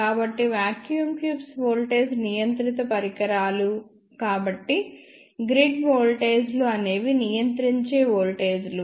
కాబట్టి vacuum tubes voltage నియంత్రిత పరికరాలు కాబట్టి గ్రిడ్ వోల్టేజీలు అనేవి నియంత్రించే వోల్టేజ్లు